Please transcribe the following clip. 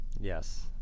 Yes